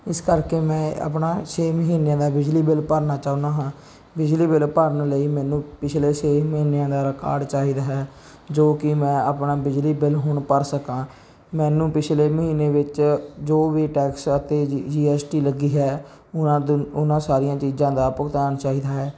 ਇਸ ਕਰਕੇ ਮੈਂ ਆਪਣਾ ਛੇ ਮਹੀਨਿਆਂ ਦਾ ਬਿਜਲੀ ਬਿੱਲ ਭਰਨਾ ਚਾਹੁੰਦਾ ਹਾਂ ਬਿਜਲੀ ਬਿੱਲ ਭਰਨ ਲਈ ਮੈਨੂੰ ਪਿਛਲੇ ਛੇ ਮਹੀਨਿਆਂ ਦਾ ਰਿਕਾਰਡ ਚਾਹੀਦਾ ਹੈ ਜੋ ਕਿ ਮੈਂ ਆਪਣਾ ਬਿਜਲੀ ਬਿੱਲ ਹੁਣ ਭਰ ਸਕਾਂ ਮੈਨੂੰ ਪਿਛਲੇ ਮਹੀਨੇ ਵਿੱਚ ਜੋ ਵੀ ਟੈਕਸ ਅਤੇ ਜੀ ਜੀ ਐਸ ਟੀ ਲੱਗੀ ਹੈ ਉਹਨਾਂ ਦ ਉਹਨਾਂ ਸਾਰੀਆਂ ਚੀਜ਼ਾਂ ਦਾ ਭੁਗਤਾਨ ਚਾਹੀਦਾ ਹੈ